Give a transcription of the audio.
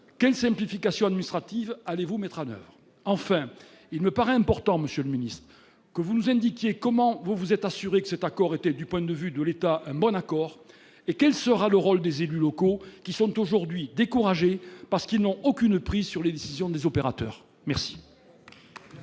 quelles simplifications administratives allez-vous mettre en oeuvre ? Enfin, il me paraît important que vous nous indiquiez comment vous vous êtes assuré que cet accord était, du point de vue de l'État, un bon accord et quel sera le rôle des élus locaux, qui sont aujourd'hui découragés, parce qu'ils n'ont aucune prise sur les décisions des opérateurs. La